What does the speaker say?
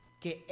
que